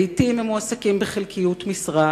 לעתים הם מועסקים בחלקיות משרה,